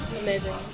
amazing